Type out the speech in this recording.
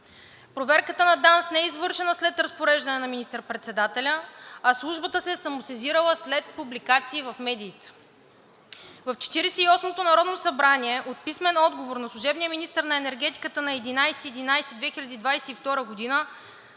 Проверката на ДАНС не е извършена след разпореждане на министър-председателя, а службата се е самосезирала след публикации в медиите. В Четиридесет и осмото народно събрание от писмен отговор на служебния министър на енергетиката, получен на